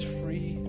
free